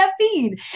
caffeine